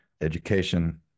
education